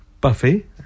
Buffy